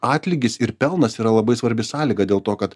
atlygis ir pelnas yra labai svarbi sąlyga dėl to kad